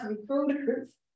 recruiters